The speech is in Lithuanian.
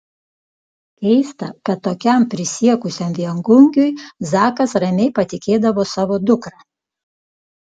keista kad tokiam prisiekusiam viengungiui zakas ramiai patikėdavo savo dukrą